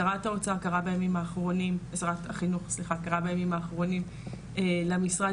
שרת החינוך קראה בימים האחרונים למשרד